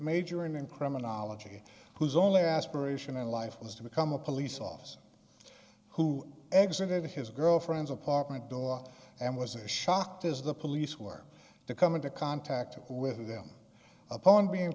majoring in criminology whose only aspiration in life was to become a police officer who exited his girlfriend's apartment door and was as shocked as the police were to come into contact with them upon being